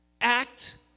act